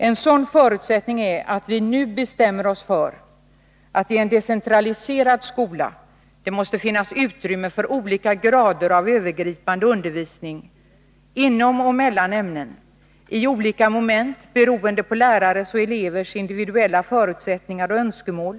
En sådan förutsättning är att vi nu bestämmer oss för att det i en decentraliserad skola måste finnas utrymme för olika grader av övergripande undervisning inom och mellan ämnen och i olika moment, beroende på lärares och elevers individuella förutsättningar och önskemål.